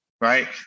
right